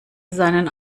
seinen